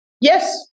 Yes